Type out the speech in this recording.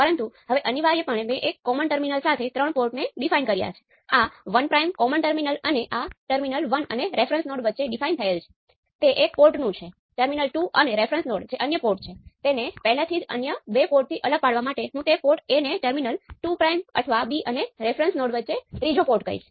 કારણ કે જેમ તમે અહી જોઈ શકો છો તેમ આ VAB ઓપ એમ્પ છે